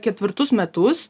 ketvirtus metus